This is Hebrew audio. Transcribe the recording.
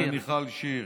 ומיכל שיר.